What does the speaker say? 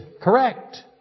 correct